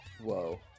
Whoa